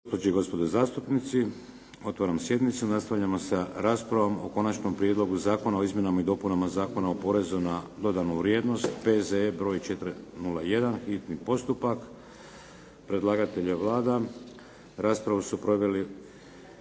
i gospodo zastupnici, otvaram sjednicu. Nastavljamo sa raspravom o: - Konačni prijedlog zakona o Izmjenama i dopunama Zakona o porezu na dodanu vrijednost, hitni postupak, prvo i drugo čitanje, P.Z.E.